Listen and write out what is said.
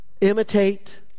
Imitate